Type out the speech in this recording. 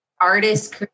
artist